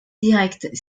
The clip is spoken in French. directe